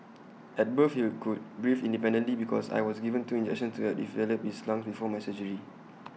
at birth he could breathe independently because I was given two injections to the develop his lungs before my surgery